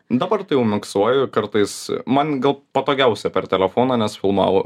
dabar tai jau miksuoju kartais man gal patogiausia per telefoną nes filmavo